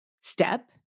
step